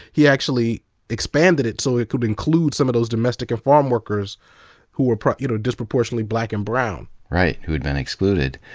he actually expanded it so it could include some of those domestic and farmworkers who were you know disproportionately black and brown. right, who'd been excluded.